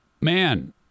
man